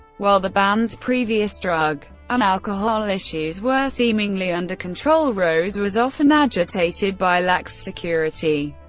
while the band's previous drug and alcohol issues were seemingly under control, rose was often agitated by lax security,